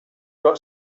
got